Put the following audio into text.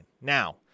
Now